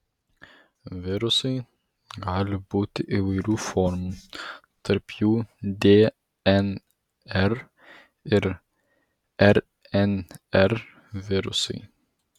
virusai gali būti įvairių formų tarp jų dnr ir rnr virusai